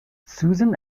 susan